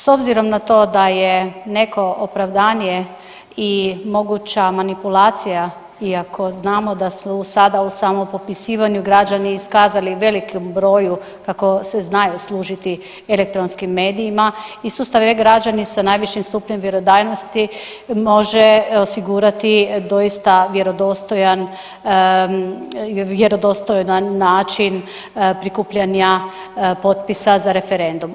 S obzirom na to da je neko opravdanje i moguća manipulacija iako znamo da su sada u samopopisivanju građani iskazali u velikom broju kako se znaju služiti elektronskim medijima i sustav e-građani sa najvišim stupnjem vjerodajnosti može osigurati doista vjerodostojan, vjerodostojan način prikupljanja potpisa za referendum.